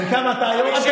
בן כמה אתה היום?